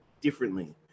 differently